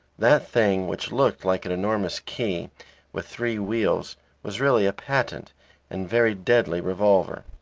that thing which looked like an enormous key with three wheels was really a patent and very deadly revolver.